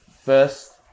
first